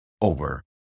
over